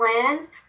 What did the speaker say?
plans